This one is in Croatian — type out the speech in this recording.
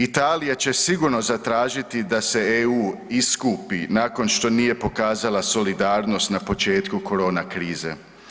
Italija će sigurno zatražiti da se EU iskupi nakon što nije pokazala solidarnost na početku korona krize.